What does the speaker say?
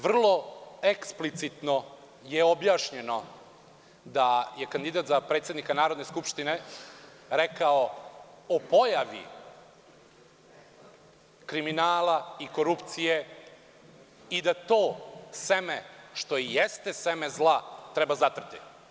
Vrlo eksplicitno je objašnjeno da je kandidat za predsednika Narodne skupštine rekao o pojavi kriminala i korupcije i da to seme, što i jeste seme zla, treba zatrti.